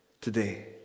today